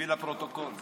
לסגור את המדינה צריך.